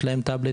יש להם טבלט,